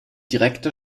direkte